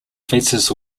faces